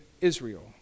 Israel